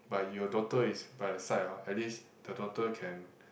but your daughter is by the side ah at least the daughter can